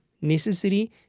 necessary